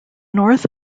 north